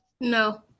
No